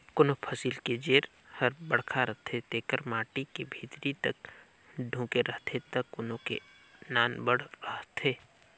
कोनों फसिल के जेर हर बड़खा रथे जेकर माटी के भीतरी तक ढूँके रहथे त कोनो के नानबड़ रहथे